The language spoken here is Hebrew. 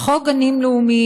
חוק גנים לאומיים,